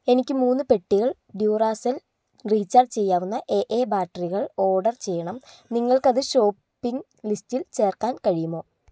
എനിക്ക് മൂന്ന് പെട്ടികൾ ഡ്യുറാസെൽ റീചാർജ് ചെയ്യാവുന്ന എ എ ബാറ്ററികൾ ഓർഡർ ചെയ്യണം നിങ്ങൾക്കത് ഷോപ്പിംഗ് ലിസ്റ്റിൽ ചേർക്കാൻ കഴിയുമോ